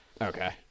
Okay